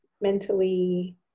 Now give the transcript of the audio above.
mentally